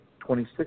26